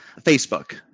Facebook